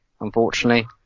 unfortunately